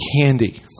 candy